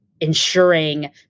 ensuring